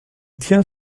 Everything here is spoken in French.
tient